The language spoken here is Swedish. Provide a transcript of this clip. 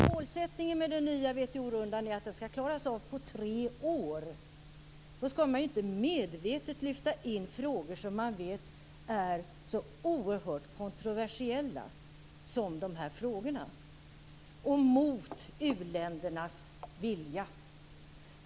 Målsättningen med den WTO-rundan är att den skall klaras av på tre år. Då skall man ju inte medvetet lyfta in frågor som man vet är så oerhört kontroversiella som dessa och mot uländernas vilja.